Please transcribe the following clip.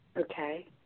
Okay